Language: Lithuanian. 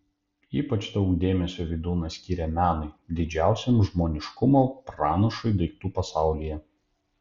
ypač daug dėmesio vydūnas skiria menui didžiausiam žmoniškumo pranašui daiktų pasaulyje